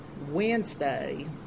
Wednesday